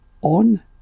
on